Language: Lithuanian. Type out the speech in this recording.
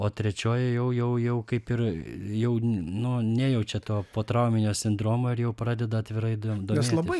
o trečioji jau jau jau kaip ir jau nu nejaučia to potrauminio sindromo ir jau pradeda atvirai do domėtis